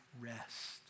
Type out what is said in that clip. rest